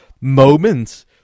moment